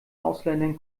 ausländern